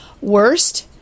Worst